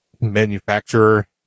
manufacturer